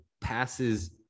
passes